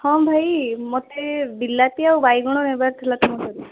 ହଁ ଭାଇ ମୋତେ ବିଲାତି ଆଉ ବାଇଗଣ ନେବାର ଥିଲା ତୁମ ଠାରୁ